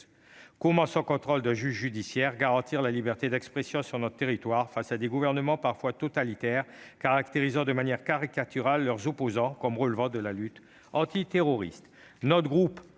Comment, sans contrôle d'un juge judiciaire, garantir la liberté d'expression sur notre territoire face à des gouvernements parfois totalitaires, caractérisant de manière caricaturale leurs opposants comme des terroristes ?